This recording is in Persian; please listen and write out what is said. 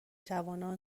جوانان